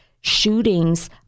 shootings